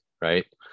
right